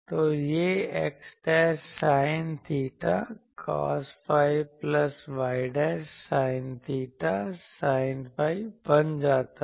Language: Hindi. तो ये x sine theta cos phi plus y sine theta sine phi बन जाता है